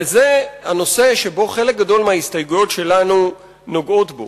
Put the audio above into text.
וזה הנושא שחלק גדול מההסתייגויות שלנו נוגעות בו.